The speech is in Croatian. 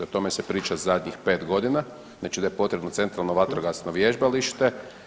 O tome se priča zadnjih 5 godina, znači da je potrebno centralo vatrogasno vježbalište.